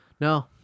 No